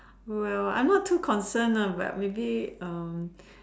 well I'm not too concerned ah but maybe um